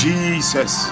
Jesus